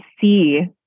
see